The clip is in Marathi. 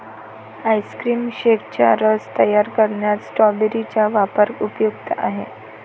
आईस्क्रीम शेकचा रस तयार करण्यात स्ट्रॉबेरी चा वापर उपयुक्त आहे